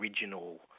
original